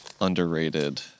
underrated